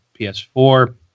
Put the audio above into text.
PS4